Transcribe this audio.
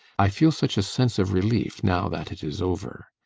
i feel such a sense of relief now that it is over.